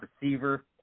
receiver